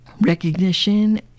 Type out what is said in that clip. recognition